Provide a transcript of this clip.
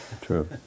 true